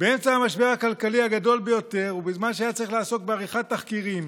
באמצע המשבר הכלכלי הגדול ביותר ובזמן שהיה צריך לעסוק בעריכת תחקירים